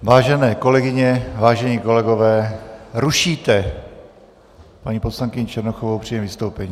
Vážené kolegyně, vážení kolegové, rušíte paní poslankyni Černochovou při jejím vystoupení.